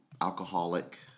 alcoholic